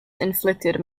inflicted